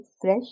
fresh